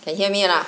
can hear me or not